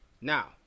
Now